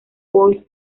force